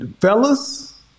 fellas